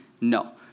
No